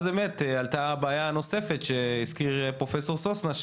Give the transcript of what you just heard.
אז באמת עלתה הבעיה הנוספת שהזכיר פרופ' סוסנה,